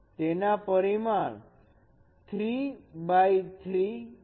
તેના પરિમાણ 3 x 3 છે